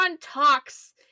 talks